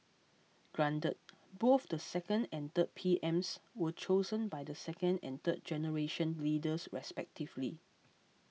granted both the second and third P M's were chosen by the second and third generation leaders respectively